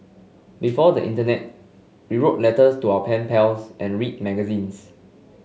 before the internet we wrote letters to our pen pals and read magazines